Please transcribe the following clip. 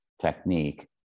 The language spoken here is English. technique